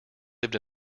lived